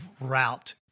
route